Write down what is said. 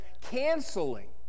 Canceling